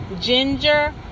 ginger